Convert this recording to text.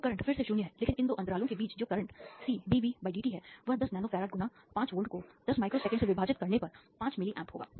तो करंट फिर से 0 है लेकिन इन दो अंतरालों के बीच जो करंट CdVdt है वह 10 नैनो फैराड गुणा 5 वोल्ट को 10 माइक्रो सेकंड से विभाजित करने पर 5 मिली amp होगा